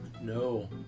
No